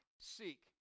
seek